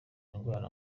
ndwara